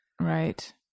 Right